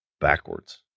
backwards